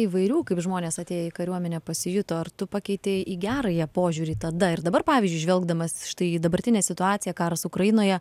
įvairių kaip žmonės atėję į kariuomenę pasijuto ar tu pakeitei į gerąją požiūrį tada ir dabar pavyzdžiui žvelgdamas štai į dabartinę situaciją karas ukrainoje